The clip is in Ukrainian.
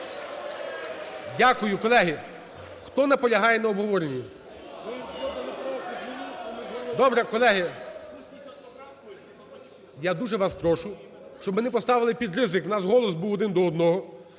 Дякую. Колеги, хто наполягає на обговоренні? Добре, колеги. Я дуже вас прошу, щоб ми не поставили під ризик, у нас голос був один до одного.